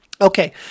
Okay